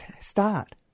start